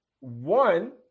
one